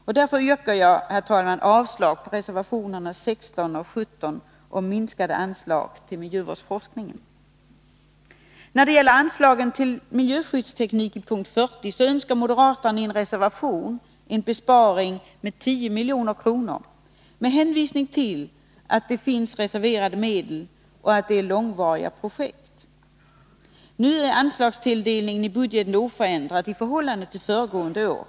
Jag yrkar mot denna bakgrund, herr I fråga om anslagen till miljöskyddsteknik under punkt 40 framför moderaterna i en reservation önskemål om en besparing med 10 milj.kr. med hänvisning till att det finns reserverade medel och att det är fråga om långvariga projekt. I budgeten är anslagstilldelningen oförändrad i förhållande till föregående år.